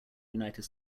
united